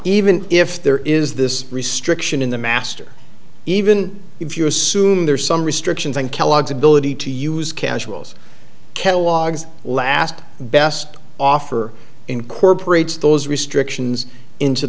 even if there is this restriction in the master even if you assume there are some restrictions on kellogg's ability to use casuals catalogues last best offer incorporates those restrictions into